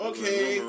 Okay